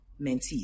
mentees